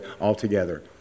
altogether